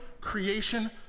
creation